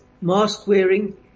mask-wearing